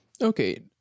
okay